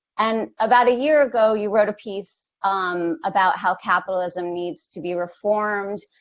and about a year ago, you wrote a piece um about how capitalism needs to be reformed,